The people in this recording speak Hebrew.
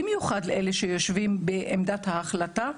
במיוחד לאלה שיושבים בעמדת ההחלטה,